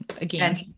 again